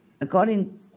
According